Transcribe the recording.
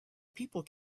people